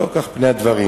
לא כך פני הדברים.